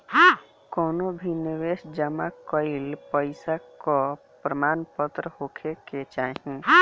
कवनो भी निवेश जमा कईल पईसा कअ प्रमाणपत्र होखे के चाही